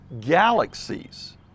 galaxies